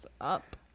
up